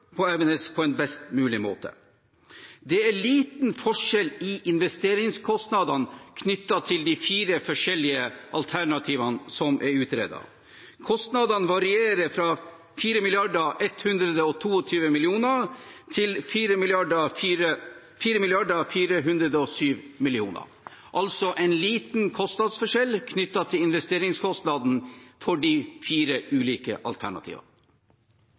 på Evenes på en best mulig måte. Det er liten forskjell i investeringskostnadene knyttet til de fire forskjellige alternativene som er utredet. Kostnadene varierer fra 4,122 mrd. kr til 4,407 mrd. kr, altså en liten kostnadsforskjell knyttet til investeringskostnaden for de fire ulike alternativene. Konseptvalgutredningen anbefaler alternativ 2, med de maritime patruljeflyene lokalisert på vestsiden av rullebanen. Investeringskostnaden